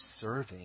serving